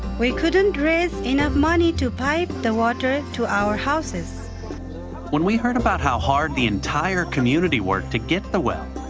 we couldn't rays enough money to pipe the water to our houses. reporter when we heard about how hard the entire community worked to get the well,